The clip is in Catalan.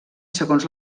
segons